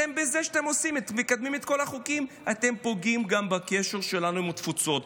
בזה שאתם מקדמים את כל החוקים אתם פוגעים גם בקשר שלנו עם התפוצות.